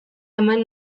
eman